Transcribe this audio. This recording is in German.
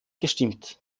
gestimmt